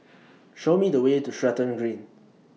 Show Me The Way to Stratton Green